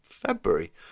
February